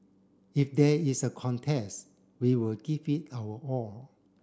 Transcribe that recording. if there is a contest we will give it our all